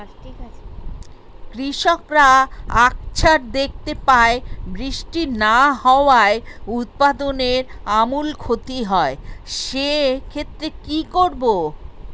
কৃষকরা আকছার দেখতে পায় বৃষ্টি না হওয়ায় উৎপাদনের আমূল ক্ষতি হয়, সে ক্ষেত্রে কি করব?